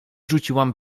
rzuciłam